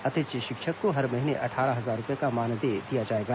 अतिथि शिक्षक को हर महीने अट्ठारह हजार रूपये का मानदेय दिया जाएगा